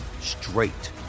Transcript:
straight